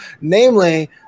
namely